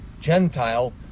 Gentile